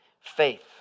faith